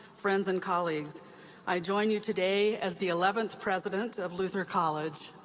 friends, and colleagues i join you today as the eleventh president of luther college.